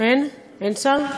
אין שר,